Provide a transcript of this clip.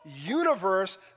universe